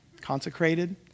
consecrated